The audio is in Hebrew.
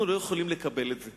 אנחנו לא יכולים לקבל את זה.